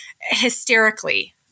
hysterically